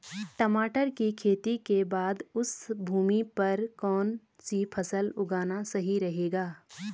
टमाटर की खेती के बाद उस भूमि पर कौन सी फसल उगाना सही रहेगा?